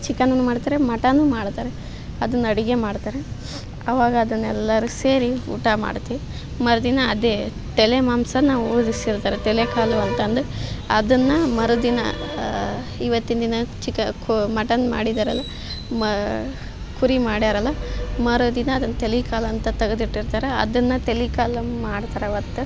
chicken ಮಾಡ್ತಾರೆ ಮಟನೂ ಮಾಡ್ತಾರೆ ಅದನ್ನು ಅಡುಗೆ ಮಾಡ್ತಾರೆ ಅವಾಗ ಅದನ್ನು ಎಲ್ಲರೂ ಸೇರಿ ಊಟ ಮಾಡ್ತೀವಿ ಮರುದಿನ ಅದೇ ತಲೆ ಮಾಂಸಾನ ಊದಿಸಿರ್ತಾರೆ ತಲೆ ಕಾಲು ಅಂತಂದು ಅದನ್ನು ಮರುದಿನ ಇವತ್ತಿನ ದಿನ ಚಿಕ ಕೊ ಮಟನ್ ಮಾಡಿದ್ದಾರಲ್ವ ಮ ಕುರಿ ಮಾಡ್ಯಾರಲ್ವ ಮರುದಿನ ಅದನ್ನು ತಲೆ ಕಾಲು ಅಂತ ತಗ್ದಿಟ್ಟಿರ್ತಾರೆ ಅದನ್ನು ತಲೆ ಕಾಲು ಅಂದು ಮಾಡ್ತಾರೆ ಅವತ್ತು